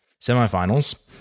Semifinals